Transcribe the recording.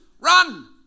run